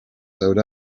sewed